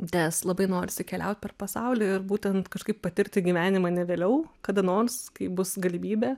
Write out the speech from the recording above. nes labai norisi keliaut per pasaulį ir būtent kažkaip patirti gyvenimą ne vėliau kada nors kai bus galimybė